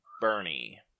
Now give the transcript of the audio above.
Bernie